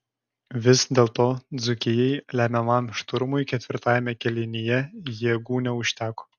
vis dėlto dzūkijai lemiamam šturmui ketvirtajame kėlinyje jėgų neužteko